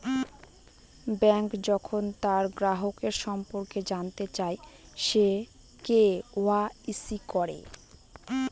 bank যখন তার গ্রাহকের সম্পর্কে জানতে চায়, সে কে.ওয়া.ইসি করে